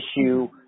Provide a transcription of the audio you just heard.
issue